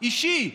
אישי.